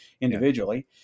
individually